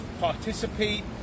participate